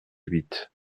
huit